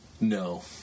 no